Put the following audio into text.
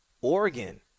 Oregon